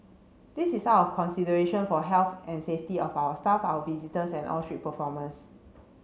this is out of consideration for health and safety of our staff our visitors and all street performers